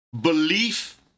belief